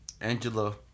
Angela